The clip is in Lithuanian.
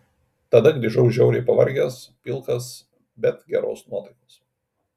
tada grįžau žiauriai pavargęs pilkas bet geros nuotaikos